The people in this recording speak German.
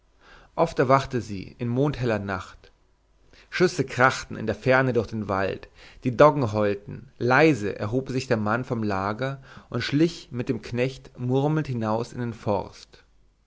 oft erwachte sie in mondheller nacht schüsse krachten in der ferne durch den wald die doggen heulten leise erhob sich der mann vom lager und schlich mit dem knecht murmelnd hinaus in den forst